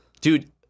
Dude